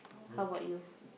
how about you